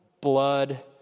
blood